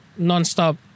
nonstop